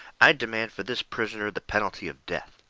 i demand for this prisoner the penalty of death.